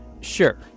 Sure